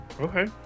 Okay